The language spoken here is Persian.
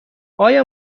آیا